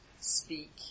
speak